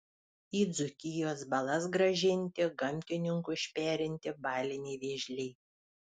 į dzūkijos balas grąžinti gamtininkų išperinti baliniai vėžliai